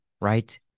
right